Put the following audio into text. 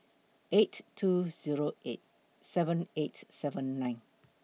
eight two Zero eight seven eight seven nine